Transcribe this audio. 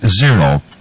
zero